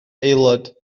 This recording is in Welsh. aelod